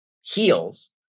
heels